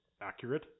accurate